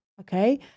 okay